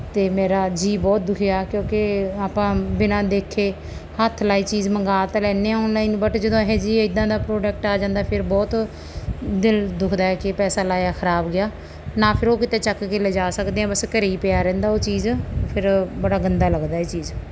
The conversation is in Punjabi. ਅਤੇ ਮੇਰਾ ਜੀਅ ਬਹੁਤ ਦੁਖੀਆ ਕਿਉਂਕਿ ਆਪਾਂ ਬਿਨਾਂ ਦੇਖੇ ਹੱਥ ਲਗਾਈ ਚੀਜ਼ ਮੰਗਾ ਤਾਂ ਲੈਂਦੇ ਆਨਲਾਈਨ ਬਟ ਜਦੋਂ ਇਹੋ ਜਿਹੀ ਇੱਦਾਂ ਦਾ ਪ੍ਰੋਡਕਟ ਆ ਜਾਂਦਾ ਫਿਰ ਬਹੁਤ ਦਿਲ ਦੁਖਦਾ ਕਿ ਪੈਸਾ ਲਾਇਆ ਖਰਾਬ ਗਿਆ ਨਾ ਫਿਰ ਉਹ ਕਿਤੇ ਚੱਕ ਕੇ ਲਿਜਾ ਸਕਦੇ ਹਾਂ ਬਸ ਘਰੇ ਹੀ ਪਿਆ ਰਹਿੰਦਾ ਉਹ ਚੀਜ਼ ਫਿਰ ਬੜਾ ਗੰਦਾ ਲੱਗਦਾ ਇਹ ਚੀਜ਼